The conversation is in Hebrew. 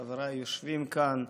חבריי יושבים כאן,